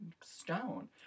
stone